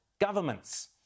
governments